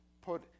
put